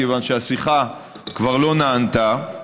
כיוון שהשיחה כבר לא נענתה,